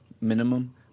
minimum